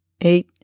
eight